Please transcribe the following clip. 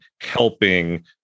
helping